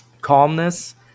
calmness